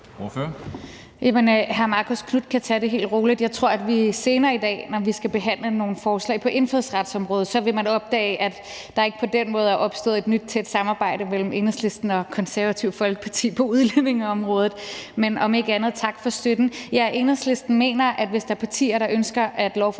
hr. Marcus Knuth kan tage det helt roligt. Jeg tror, at vi senere i dag, når vi skal behandle nogle forslag på indfødsretsområdet, vil opdage, at der ikke på den måde er opstået et nyt, tæt samarbejde mellem Enhedslisten og Konservative Folkeparti på udlændingeområdet. Men om ikke andet tak for støtten. Ja, Enhedslisten mener, at hvis der er partier, der ønsker, at lovforslag skal deles